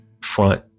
front